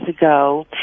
ago